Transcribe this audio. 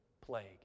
plague